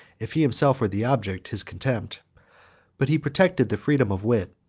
if he himself were the object, his contempt but he protected the freedom of wit,